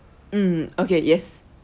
mm okay yes